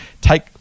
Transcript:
take